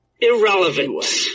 Irrelevant